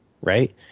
right